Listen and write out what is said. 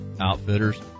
outfitters